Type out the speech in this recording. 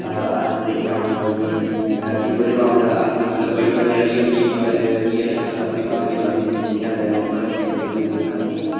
असें दिक्खेआ मतलब कि फ्ही ओह्दे बाद च अस मतलब बड़ी बारी लड़ाई होंदी मगर फ्ही असें मतलब अपने घर नी पता नी पता नी चलन दित्ता पता नी कि